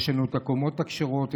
יש לנו הקומות הכשרות,